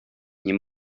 nie